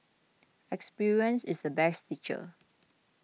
experience is the best teacher